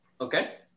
okay